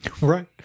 Right